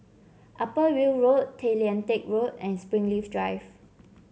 Upper Weld Road Tay Lian Teck Road and Springleaf Drive